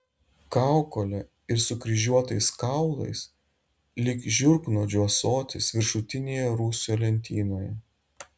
kaukole ir sukryžiuotais kaulais lyg žiurknuodžių ąsotis viršutinėje rūsio lentynoje